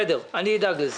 בסדר, אדאג לזה.